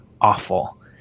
awful